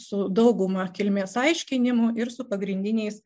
su dauguma kilmės aiškinimų ir su pagrindiniais